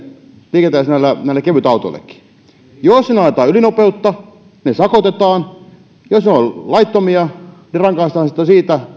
liikenteessä näille kevytautoillekin jos niillä ajetaan ylinopeutta sakotetaan jos ne ovat laittomia rankaistaan sitten siitä